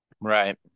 Right